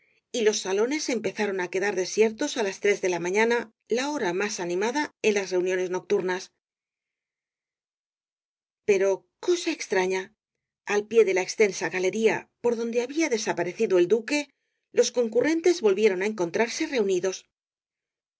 y los salones empezaron á quedar desiertos á las tres de la mañana la hora más animada en las reuniones nocturnas pero cosa extraña al pie de la extensa galería por donde había desaparecido el duque los concurrentes volvieron á encontrarse reunidos